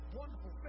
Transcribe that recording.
wonderful